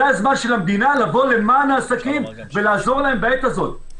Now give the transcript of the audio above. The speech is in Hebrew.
זה הזמן של המדינה לבוא ולמען העסקים ולעזור להם בעת הזאת.